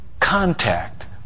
contact